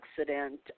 accident